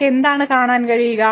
നമുക്ക് എന്താണ് കാണാൻ കഴിയുക